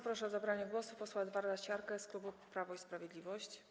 Proszę o zabranie głosu posła Edwarda Siarkę z klubu Prawo i Sprawiedliwość.